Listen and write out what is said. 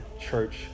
church